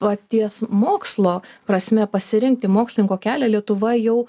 paties mokslo prasme pasirinkti mokslininko kelią lietuva jau